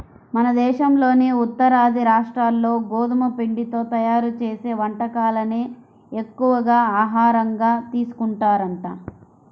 మన దేశంలోని ఉత్తరాది రాష్ట్రాల్లో గోధుమ పిండితో తయ్యారు చేసే వంటకాలనే ఎక్కువగా ఆహారంగా తీసుకుంటారంట